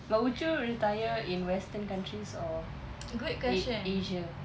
but would you retire in western countries or in asia